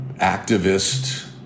activist